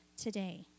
today